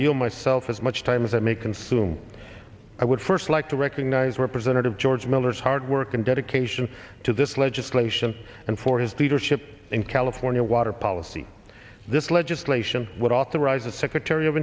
know myself as much time as i may consume i would first like to recognize were present of george miller's hard work and dedication to this legislation and for his leadership in california water policy this legislation would authorize the secretary of